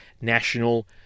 National